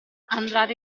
andare